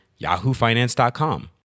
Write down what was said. yahoofinance.com